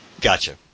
Gotcha